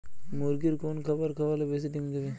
মুরগির কোন খাবার খাওয়ালে বেশি ডিম দেবে?